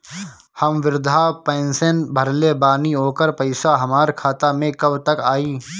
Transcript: हम विर्धा पैंसैन भरले बानी ओकर पईसा हमार खाता मे कब तक आई?